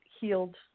healed